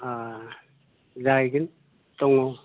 जाहैगोन दङ